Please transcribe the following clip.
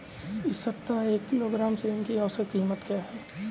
इस सप्ताह एक किलोग्राम सेम की औसत कीमत क्या है?